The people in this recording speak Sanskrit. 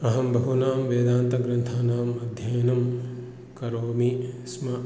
अहं बहूनां वेदान्तग्रन्थानाम् अध्ययनं करोमि स्म